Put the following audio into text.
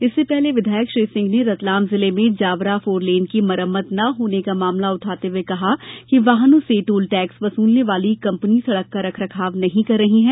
इससे पहले विधायक श्री सिंह ने रतलाम जिले में जावरा फोरलेन की मरम्मत न होने का मामला उठाते हुये कहा कि वाहनों से टोल टेक्स वसूलने वाली कंपनी सड़क का रखरखाव नहीं कर रही है